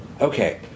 Okay